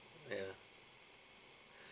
ya